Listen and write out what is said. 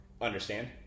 Understand